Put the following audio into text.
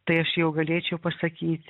tai aš jau galėčiau pasakyt